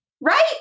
Right